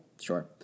Sure